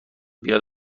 بیاد